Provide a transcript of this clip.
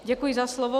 Děkuji za slovo.